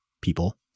people